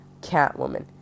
Catwoman